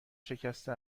شکسته